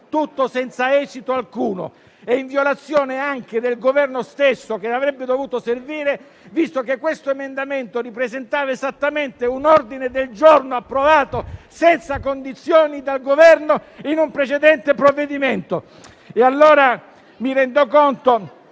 tutto senza esito alcuno e in violazione anche del Governo stesso, che l'avrebbe dovuto servire, visto che questo emendamento ripresentava esattamente un ordine del giorno approvato senza condizioni dal Governo in un precedente provvedimento. Mi rendo conto